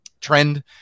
trend